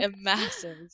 massive